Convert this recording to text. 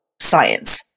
science